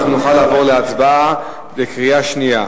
אנחנו נוכל לעבור להצבעה בקריאה שנייה.